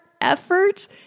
effort